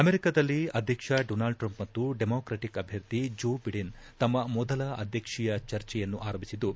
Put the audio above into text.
ಅಮೆರಿಕದಲ್ಲಿ ಅಧ್ಯಕ್ಷ Donald Trump ಮತ್ತು ಡೆಮಾಕ್ರಟಿಕ್ ಅಭ್ಯರ್ಥಿ ಜೋ ಬಿಡೆನ್ ತಮ್ಮ ಮೊದಲ ಅಧ್ಯಕ್ಷೀಯ ಚರ್ಚೆಯನ್ನು ಆರಂಭಿಸಿದ್ದು